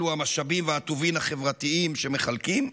אלו המשאבים והטובין החברתיים שמחלקים,